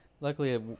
Luckily